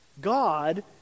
God